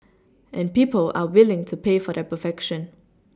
and people are willing to pay for that perfection